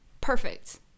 Perfect